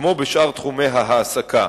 כמו בשאר תחומי ההעסקה.